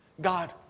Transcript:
God